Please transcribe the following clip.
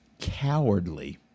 cowardly